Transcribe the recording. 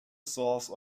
source